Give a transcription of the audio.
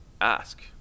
ask